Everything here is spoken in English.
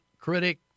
critic